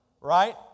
right